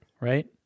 right